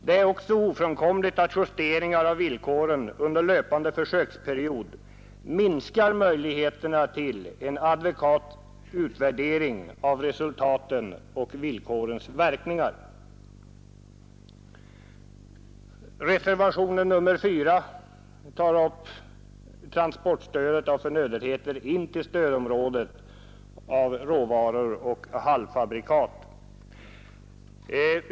Det är också ofrånkomligt att justeringar av villkoren under löpande försöksperiod minskar möjligheterna till en adekvat utvärdering av resultaten och villkorens verkningar. Reservationen 4 tar upp transportstödet av förnödenheter in till stödområdet av råvaror och halvfabrikat.